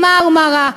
ה"מרמרה",